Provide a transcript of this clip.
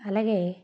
అలాగే